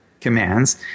commands